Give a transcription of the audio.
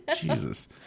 Jesus